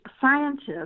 scientists